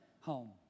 home